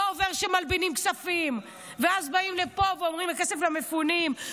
לא עובר שמלבינים כספים ואז באים לפה ואומרים: הכסף למפונים.